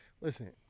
Listen